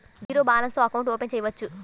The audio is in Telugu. జీరో బాలన్స్ తో అకౌంట్ ఓపెన్ చేయవచ్చు?